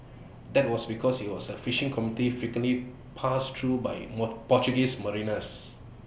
that was because IT was A fishing community frequently passed through by more Portuguese mariners